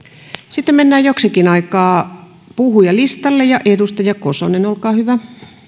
sitten mennään joksikin aikaa puhujalistalle edustaja kosonen olkaa hyvä